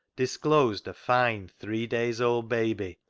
disclosed a fine three-days'-old baby.